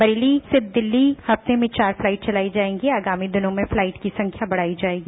बरेली से दिल्ली हफ्ते में चार फ्लाइट चलाई जाएगी आगामी दिनों में फ्लाइट की संख्या बढ़ाई जाएगी